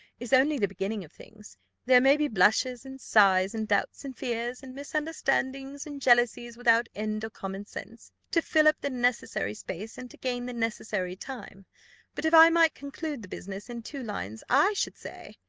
is only the beginning of things there may be blushes, and sighs, and doubts, and fears, and misunderstandings, and jealousies without end or common sense, to fill up the necessary space, and to gain the necessary time but if i might conclude the business in two lines, i should say,